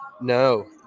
No